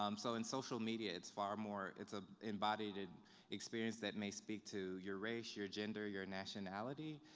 um so in social media it's far more, it's ah embodied and experience that may speak to your race, your gender, your nationality,